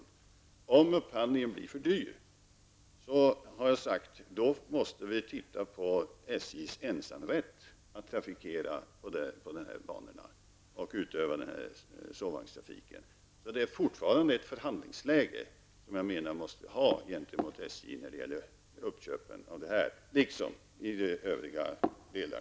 Jag har sagt att om upphandlingen blir för dyr måste vi se över SJs ensamrätt att trafikera dessa banor och utöva denna sovvagnstrafik. Det är alltså fortfarande ett förhandlingsläge, som jag menar måste finnas gentemot SJ när det gäller uppköpen av detta liksom i övriga delar.